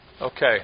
Okay